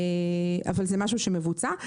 זה משהו שמבוצע.